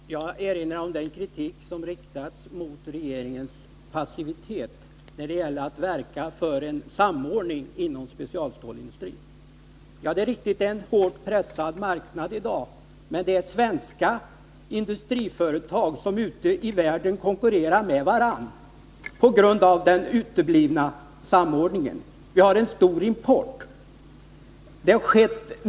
Herr talman! Jag erinrar om den kritik som har riktats mot regeringens passivitet när det gäller att verka för en samordning inom specialstålsindustrin. Det är sant att marknaden är hårt pressad i dag, men det är svenska industriföretag som ute i världen konkurrerar med varandra på grund av den uteblivna samordningen. Vi har en stor import.